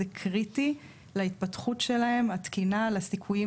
זה קריטי להתפתחות שלהם התקינה והסיכויים